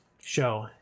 show